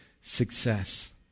success